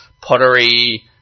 pottery